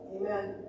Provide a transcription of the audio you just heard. Amen